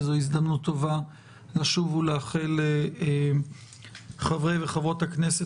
וזו הזדמנות טובה לשוב ולאחל לחברי וחברות הכנסת